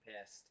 pissed